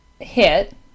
hit